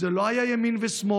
זה לא היה ימין ושמאל,